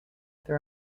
there